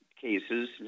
cases